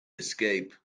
escape